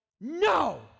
No